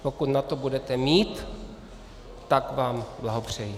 Pokud na to budete mít, tak vám blahopřeji.